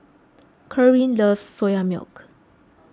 Kerwin loves Soya Milk